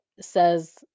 says